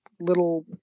little